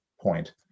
point